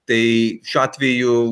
tai šiuo atveju